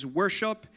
worship